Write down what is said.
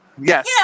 Yes